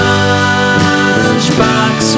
Lunchbox